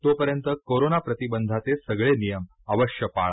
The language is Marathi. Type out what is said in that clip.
तोपर्यंत कोरोना प्रतिबंधाचे सगळे नियम अवश्य पाळा